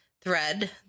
thread